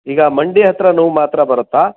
ಈಗ ಮಂಡಿ ಹತ್ತಿರ ನೋವು ಮಾತ್ರ ಬರುತ್ತಾ